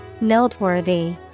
Noteworthy